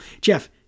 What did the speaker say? Jeff